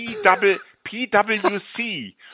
PWC